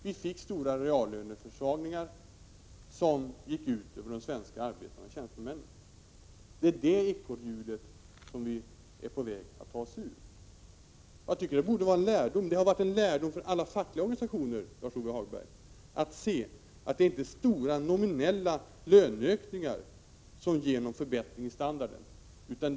Vi fick stora reallöneförsvagningar, som gick ut över de svenska arbetarna och tjänstemännen. Det är det ekorrhjulet som vi är på väg att ta oss ur. Jag tycker att man borde dra lärdom av detta. Alla fackliga organisationer har gjort den erfarenheten, Lars-Ove Hagberg, att det inte är stora nominella löneökningar som ger någon förbättring av standarden.